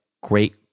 great